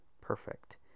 perfect